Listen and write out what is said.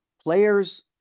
players